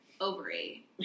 ovary